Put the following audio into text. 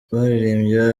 baririmbiye